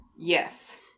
Yes